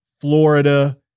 Florida